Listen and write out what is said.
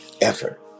effort